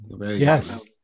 Yes